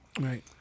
Right